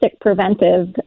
preventive